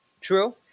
True